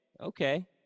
Okay